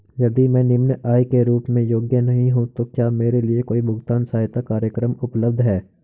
यदि मैं निम्न आय के रूप में योग्य नहीं हूँ तो क्या मेरे लिए कोई भुगतान सहायता कार्यक्रम उपलब्ध है?